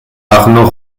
arnaud